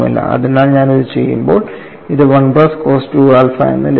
അതിനാൽ ഞാൻ ഇത് ചെയ്യുമ്പോൾ ഇത് 1 പ്ലസ് കോസ് 2 ആൽഫ എന്ന് ലഭിക്കും